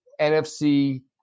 NFC